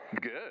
Good